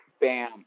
bam